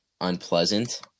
unpleasant